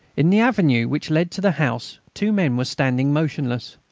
in the avenue which led to the house two men were standing motionless.